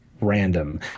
random